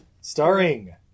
Starring